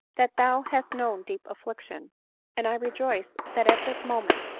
that thou hast known deep affliction and i rejoice that at this moment,